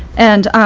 and